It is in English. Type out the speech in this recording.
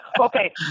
Okay